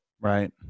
Right